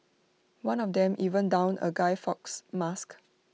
one of them even donned A guy Fawkes mask